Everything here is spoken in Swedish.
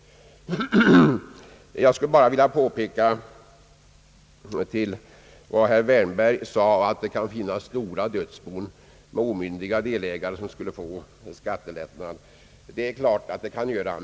Jag skulle vidare vilja påpeka till vad herr Wärnberg yttrade, att det kan finnas stora dödsbon med omyndiga delägare som skulle få en skattelättnad.